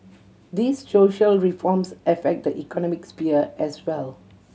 these social reforms affect the economic sphere as well